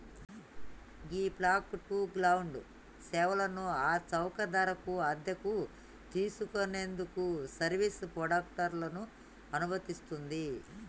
ghee fog to cloud సేవలను ఆ చౌక ధరకు అద్దెకు తీసుకు నేందుకు సర్వీస్ ప్రొవైడర్లను అనుమతిస్తుంది